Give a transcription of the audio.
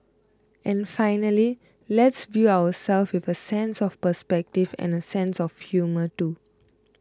and finally let's view ourselves with a sense of perspective and a sense of humour too